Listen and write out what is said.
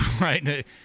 right